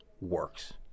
works